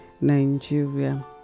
Nigeria